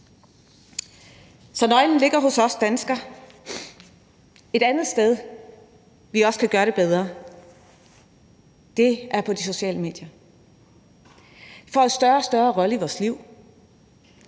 Så nøglen ligger hos os danskere. Kl. 11:34 Et andet sted, vi også kan gøre det bedre, er på de sociale medier. De får en større og større rolle i vores liv.